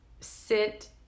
sit